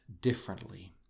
differently